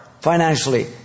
Financially